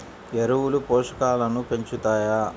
ఎరువులు పోషకాలను పెంచుతాయా?